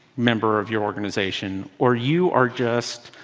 member of your organization or you are just,